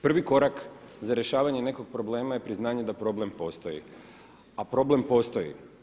Prvi korak za rješavanje nekog problema je priznanje da problem postoji, a problem postoji.